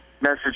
message